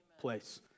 place